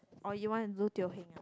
or you want to do Teo Heng